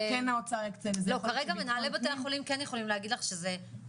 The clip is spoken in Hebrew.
בכלל לא בטוח שזה